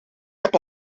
heb